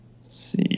See